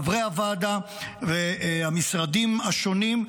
לחברי הוועדה והמשרדים השונים,